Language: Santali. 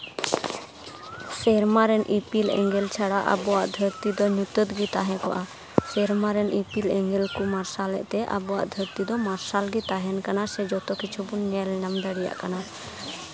ᱥᱮᱨᱢᱟ ᱨᱮᱱ ᱤᱯᱤᱞ ᱮᱸᱜᱮᱞ ᱪᱷᱟᱲᱟ ᱟᱵᱚᱣᱟᱜ ᱫᱷᱟᱹᱨᱛᱤ ᱫᱚ ᱧᱩᱛᱟᱹᱛ ᱜᱮ ᱛᱟᱦᱮᱸ ᱠᱚᱜᱼᱟ ᱥᱮᱨᱢᱟ ᱨᱮᱱ ᱤᱯᱤᱞ ᱮᱸᱜᱮᱞ ᱠᱚ ᱢᱟᱨᱥᱟᱞᱮᱫ ᱛᱮ ᱟᱵᱚᱣᱟᱜ ᱫᱷᱟᱹᱨᱛᱤ ᱫᱚ ᱢᱟᱨᱥᱟᱞ ᱜᱮ ᱛᱟᱦᱮᱱ ᱠᱟᱱᱟ ᱥᱮ ᱡᱚᱛᱚ ᱠᱤᱪᱷᱩ ᱵᱚᱱ ᱧᱮᱞ ᱧᱟᱢ ᱫᱟᱲᱮᱭᱟᱜ ᱠᱟᱱᱟ